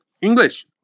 English